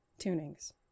tunings